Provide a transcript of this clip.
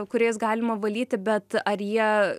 kuriais galima valyti bet ar jie